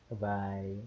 Bye